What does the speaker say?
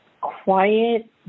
quiet